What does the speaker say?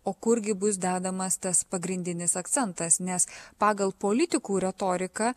o kurgi bus dedamas tas pagrindinis akcentas nes pagal politikų retoriką